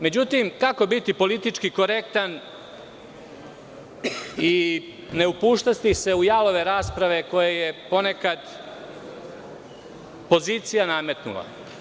Međutim, kako biti politički korektan i ne upuštati se u jalove rasprave, koje je ponekad pozicija nametnula?